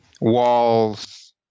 walls